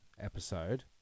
episode